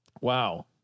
wow